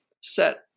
set